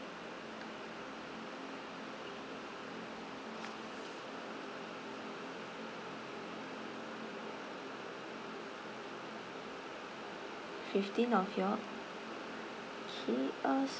fifteen of you all okay uh